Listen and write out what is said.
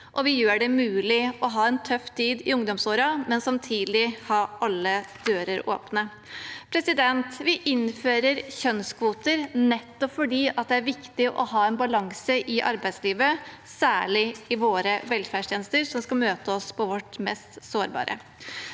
vi gjør det mulig å ha en tøff tid i ungdomsårene, men samtidig ha alle dører åpne. Vi innfører kjønnskvoter, nettopp fordi det er viktig å ha en balanse i arbeidslivet, særlig i våre velferdstjenester, som skal møte oss på vårt mest sårbare.